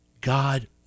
God